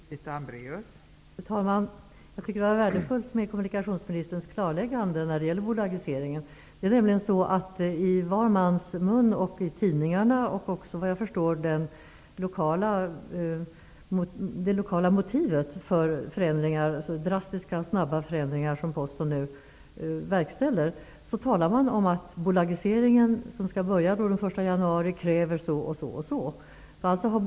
Fru talman! Jag tycker att det var värdefullt med kommunikationsministerns klarläggande vad gäller bolagiseringen. Såvitt jag förstår är bolagiseringen motivet till de drastiska och snabba förändringar som Posten nu verkställer lokalt. Det är i var mans mun, och det står i tidningarna. Man talar om att bolagiseringen börjar den 1 januari och att den kräver en mängd olika förändringar.